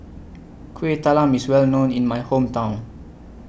Kuih Talam IS Well known in My Hometown